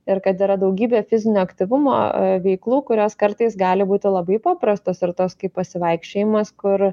ir kad yra daugybė fizinio aktyvumo veiklų kurios kartais gali būti labai paprastos ir tos kaip pasivaikščiojimas kur